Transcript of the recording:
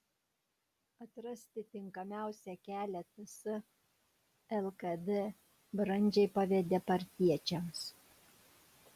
atrasti tinkamiausią kelią ts lkd brandžiai pavedė partiečiams